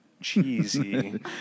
cheesy